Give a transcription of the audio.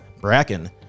Bracken